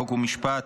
חוק ומשפט,